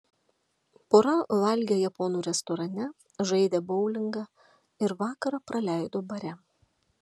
pora valgė japonų restorane žaidė boulingą ir vakarą praleido bare